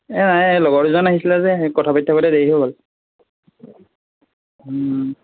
এই লগৰ দুজন আহিছিলে যে কথা পাতি থাকোঁতে দেৰি হৈ গ'ল